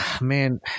Man